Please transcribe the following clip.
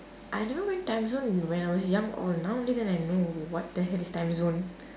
I never went timezone when I was young or now only then I know what the hell is timezone